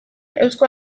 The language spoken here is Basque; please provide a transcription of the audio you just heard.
eusko